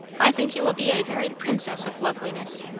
i think you will be a very princess of loveliness.